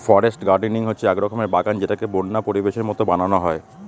forest gardening হচ্ছে এক রকমের বাগান যেটাকে বন্য পরিবেশের মতো বানানো হয়